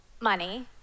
money